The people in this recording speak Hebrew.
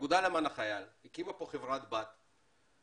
שהאגודה למען החייל הקימה פה חברת בת שבעצם